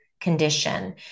condition